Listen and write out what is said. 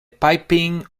piping